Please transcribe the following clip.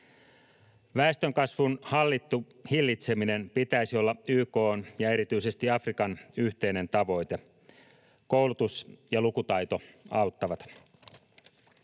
Väestönkasvun hallitun hillitsemisen pitäisi olla YK:n ja erityisesti Afrikan yhteinen tavoite. Koulutus ja lukutaito auttavat.